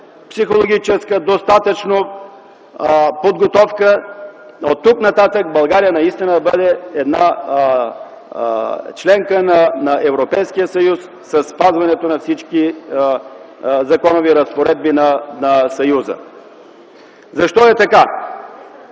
психологическа подготовка оттук нататък България наистина да бъде една членка на Европейския съюз със спазването на всички законови разпоредби на Съюза. Защо е така?